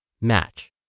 match